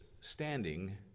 standing